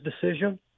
decision